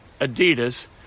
Adidas